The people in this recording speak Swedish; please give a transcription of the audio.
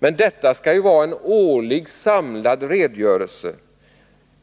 Men detta skall ju vara en årlig, samlad redogörelse